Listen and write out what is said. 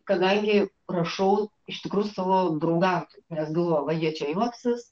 kadangi rašau iš tikrųjų savo draugams nes galvojau va jie čia juoksis